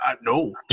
No